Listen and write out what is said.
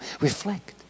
Reflect